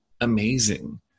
amazing